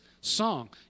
song